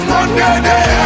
Monday